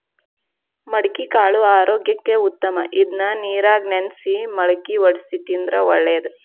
ಮಡಿಕಿಕಾಳು ಆರೋಗ್ಯಕ್ಕ ಉತ್ತಮ ಇದ್ನಾ ನೇರಾಗ ನೆನ್ಸಿ ಮಳ್ಕಿ ವಡ್ಸಿ ತಿಂದ್ರ ಒಳ್ಳೇದ